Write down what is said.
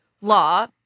law